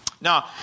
Now